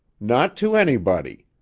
not to anybody.